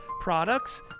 products